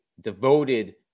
devoted